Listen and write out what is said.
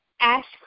Ask